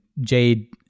Jade